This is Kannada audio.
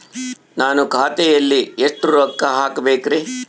ನಾನು ಖಾತೆಯಲ್ಲಿ ಎಷ್ಟು ರೊಕ್ಕ ಹಾಕಬೇಕ್ರಿ?